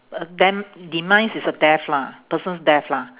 a dem~ demise is a death lah person's death lah